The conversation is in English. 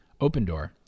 Opendoor